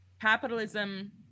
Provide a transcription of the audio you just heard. capitalism